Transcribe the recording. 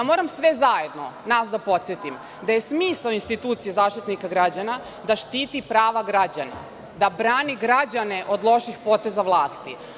Moram sve zajedno nas da podsetim, da je smisao institucije Zaštitnika građana da štiti prava građana, da brani građane od loših poteza vlasti.